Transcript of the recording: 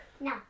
No